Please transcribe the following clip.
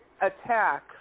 attack